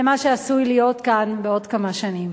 למה שעשוי להיות כאן בעוד כמה שנים.